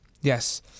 Yes